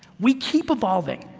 we keep evolving,